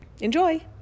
Enjoy